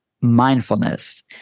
Mindfulness